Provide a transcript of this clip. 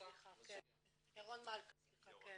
ירון מלכה.